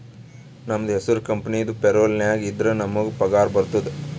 ನಮ್ದು ಹೆಸುರ್ ಕಂಪೆನಿದು ಪೇರೋಲ್ ನಾಗ್ ಇದ್ದುರೆ ನಮುಗ್ ಪಗಾರ ಬರ್ತುದ್